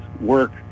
work